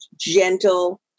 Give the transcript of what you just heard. gentle